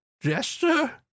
gesture